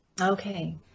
Okay